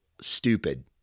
stupid